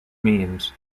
means